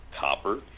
copper